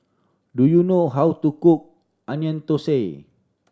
do you know how to cook Onion Thosai